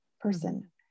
person